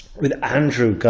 with andrew, got